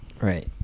right